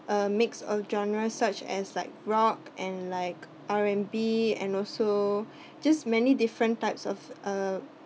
a mix of genres such as like rock and like R&B and also just many different types of uh